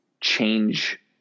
change